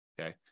okay